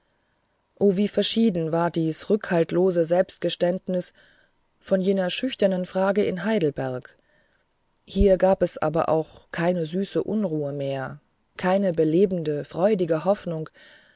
o wie verschieden war dies rückhaltlose selbstgeständnis von jener schüchternen frage in heidelberg hier gab es aber auch keine süße unruhe mehr keine belebende freudige hoffnung